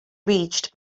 reached